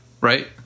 right